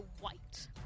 white